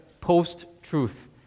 post-truth